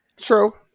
True